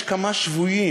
יש כמה שבויים